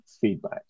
feedback